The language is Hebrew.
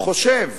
חושב